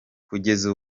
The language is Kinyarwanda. kugeza